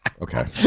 Okay